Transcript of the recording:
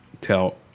tell